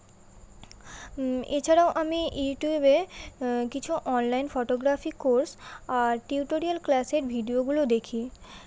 এছাড়াও আমি ইঊটিউবে কিছু অনলাইন ফটোগ্রাফি কোর্স আর টিউটোরিয়াল ক্লাসের ভিডিওগুলো দেখি